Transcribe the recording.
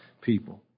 people